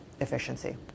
efficiency